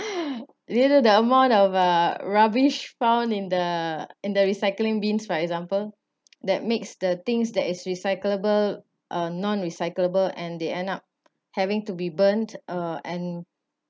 do you know the amount of uh rubbish found in the in the recycling bins for example that makes the things that is recyclable um non-recyclable and they end up having to be burned uh and